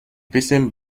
piston